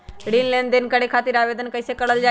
ऋण लेनदेन करे खातीर आवेदन कइसे करल जाई?